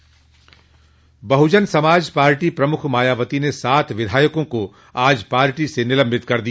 बहुजन Samaj party प्रमुख मायावती ने सात विधायकों को आज पार्टी से निलम्बित कर दिया